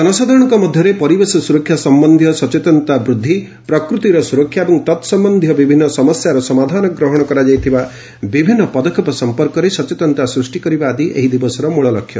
ଜନସାଧାରଣଙ୍ଙ ମଧରେ ପରିବେଶ ସୁରକ୍ଷା ସମ୍ୟନ୍ଧୀୟ ସଚେତନତା ବୃକ୍ଷି ପ୍ରକୃତିର ସୁରକ୍ଷା ଓ ତତ୍ସମ୍ୟନ୍ଧୀୟ ବିଭିନ୍ ସମସ୍ୟାର ସମାଧାନ ଗ୍ରହଶ କରାଯାଇଥିବା ବିଭିନ୍ ପଦକ୍ଷେପ ସମ୍ପର୍କରେ ସଚେତନତା ସୂଷି କରିବା ଆଦି ଏହି ଦିବସର ମୂଳଲକ୍ଷ୍ୟ